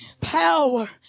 Power